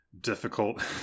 difficult